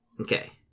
Okay